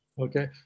Okay